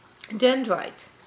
dendrite